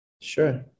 Sure